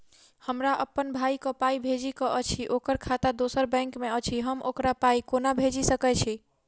हमरा अप्पन भाई कऽ पाई भेजि कऽ अछि, ओकर खाता दोसर बैंक मे अछि, हम ओकरा पाई कोना भेजि सकय छी?